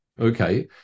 Okay